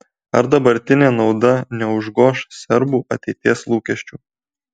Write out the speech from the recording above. ar dabartinė nauda neužgoš serbų ateities lūkesčių